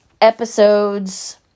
episodes